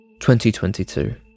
2022